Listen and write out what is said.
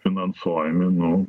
finansuojami nu